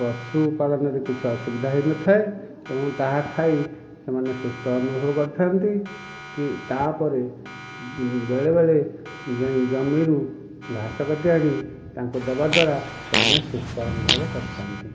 ପଶୁପାଳନରେ କିଛି ଅସୁବିଧା ହୋଇନଥାଏ ଏବଂ ତାହା ଖାଇ ସେମାନେ ସୁସ୍ଥ ଅନୁଭବ କରିଥାଆନ୍ତି କି ତାପରେ ବେଳେବେଳେ ଜମିରୁ ଘାସ କାଟି ଆଣି ତାଙ୍କୁ ଦେବା ଦ୍ଵାରା ସେମାନେ ସୁସ୍ଥ ଅନୁଭବ କରିଥାଆନ୍ତି